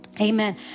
Amen